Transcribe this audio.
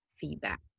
feedback